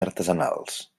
artesanals